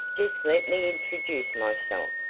just let me introduce myself!